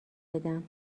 بدم